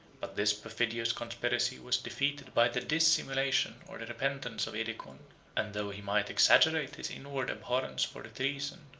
but this perfidious conspiracy was defeated by the dissimulation, or the repentance, of edecon and though he might exaggerate his inward abhorrence for the treason,